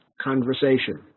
conversation